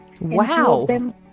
Wow